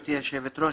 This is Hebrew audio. גברתי היושבת-ראש,